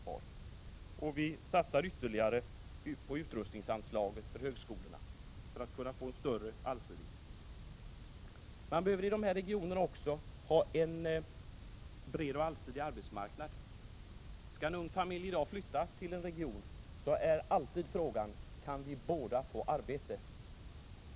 Vi vill också att det satsas ytterligare på utrustningsanslagen på högskolorna, för åstadkommande av en större allsidighet. Man behöver i dessa regioner också ha en bred och allsidig arbetsmarknad. Skall en ung familj i dag flytta till en viss region är alltid frågan: Kan vi båda få arbete?